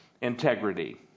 integrity